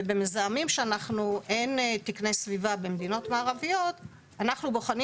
ובמזהמים שאין תקני סביבה במדינות מערביות אנחנו בוחנים